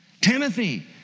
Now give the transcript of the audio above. Timothy